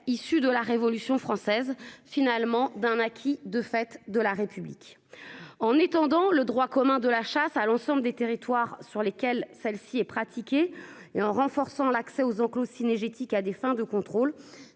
issu de la Révolution française finalement d'un acquis de fait de la République. En étendant le droit commun de la chasse à l'ensemble des territoires sur lesquels celle-ci est pratiquée et en renforçant la. C'est aux enclos cynégétique à des fins de contrôle.